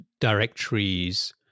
directories